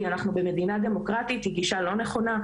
אנחנו במדינה דמוקרטית היא גישה לא נכונה,